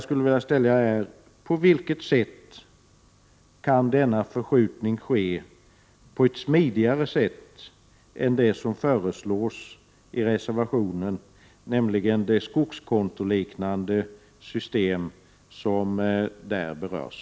Hur kan denna förskjutning ske på ett smidigare sätt än det som föreslås i reservationen, nämligen det skogskontoliknande system som där berörs?